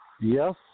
Yes